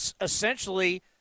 essentially